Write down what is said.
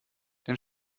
den